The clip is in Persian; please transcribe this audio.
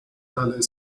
بلایی